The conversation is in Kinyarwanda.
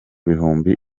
bihumbi